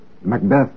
Macbeth